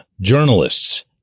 journalists